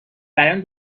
بیان